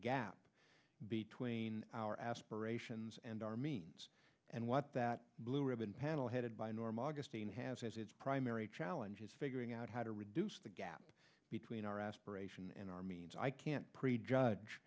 gap between our aspirations and our means and what that blue ribbon panel headed by norm augustine has as its primary challenge is figuring out how to reduce the gap between our aspiration and our means i can't prejudge